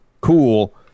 cool